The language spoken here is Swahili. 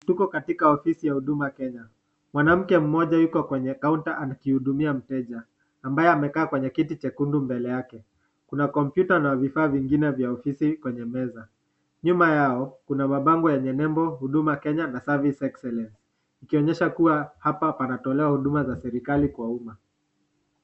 Tuko katika ofisi ya huduma Kenya, mwanamke mmoja yuko kwenye counter aki hudumia mteja ambaye amekaa kwenye kiti jekundu mbele yake. Kuna kompyuta na vifaa mbalimbali vya ofisi kwenye meza. Nyuma yao kuna mabango yenye nembo huduma Kenya na service excellence ikionyesha kua hapa panatolewa huduma ya serikali kwa uma.